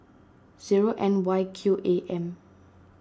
zero N Y Q A M